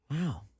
Wow